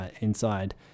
inside